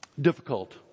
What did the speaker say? difficult